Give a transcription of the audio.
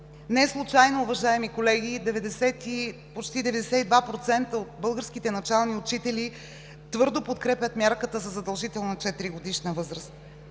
Неслучайно, уважаеми колеги, почти 92% от българските начални учители твърдо подкрепят мярката за задължителна 4-годишна възраст.